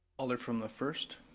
alder from the first?